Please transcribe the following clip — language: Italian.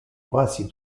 quasi